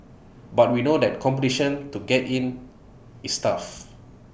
but we know that competition to get in is tough